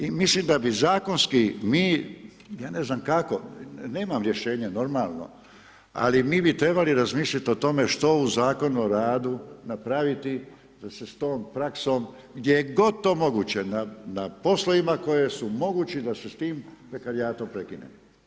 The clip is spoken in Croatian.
I mislim da bi zakonski mi, ja ne znam kako nemam rješenje normalno, ali mi bi trebali razmislit o tome što u Zakonu o radu napraviti da se s tom praksom gdje je god moguće na poslovima koji su mogući da se s tim prekarijatom prekine.